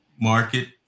market